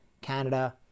Canada